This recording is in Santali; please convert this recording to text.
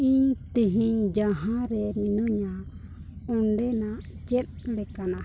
ᱤᱧ ᱛᱮᱦᱮᱧ ᱡᱟᱦᱟᱸᱨᱮ ᱢᱤᱱᱟᱹᱧᱟ ᱚᱸᱰᱮᱱᱟᱜ ᱪᱮᱫ ᱞᱮᱠᱟᱱᱟ